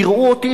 תראו אותי,